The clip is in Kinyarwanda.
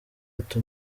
ati